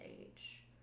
Age